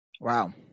Wow